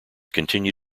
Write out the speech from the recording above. continue